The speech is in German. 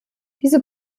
diese